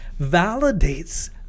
validates